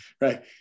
Right